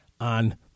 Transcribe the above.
on